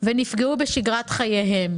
אני באמת רוצה להודות לך כיושב-ראש ולחברי הוועדה,